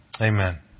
Amen